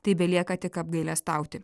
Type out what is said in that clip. tai belieka tik apgailestauti